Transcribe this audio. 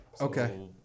Okay